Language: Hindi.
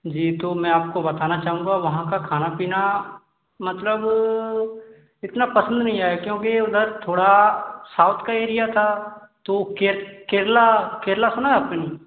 जी तो मैं आपको बताना चाहूँगा वहाँ का खाना पीना मतलब इतना पसंद नहीं आया क्योंकि उधर थोड़ा साउथ का एरिया था तो केरल केरल सूना है आपने